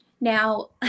Now